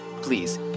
please